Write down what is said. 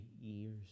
years